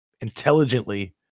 intelligently